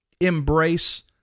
embrace